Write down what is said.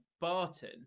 Barton